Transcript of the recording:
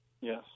Yes